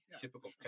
typical